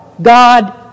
God